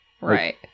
Right